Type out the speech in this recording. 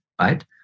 right